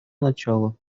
начала